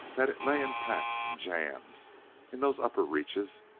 that it lay in packs and jams in those upper reaches,